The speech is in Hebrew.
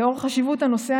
לנוכח חשיבות הנושא,